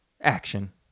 action